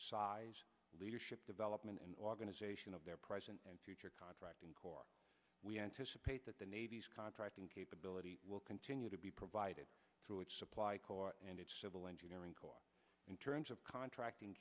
size leadership development and organization of their present and future contracting corps we anticipate that the navy's contracting capability will continue to be provided through its supply corps and its civil engineering corps in terms of contracting